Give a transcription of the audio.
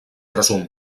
resum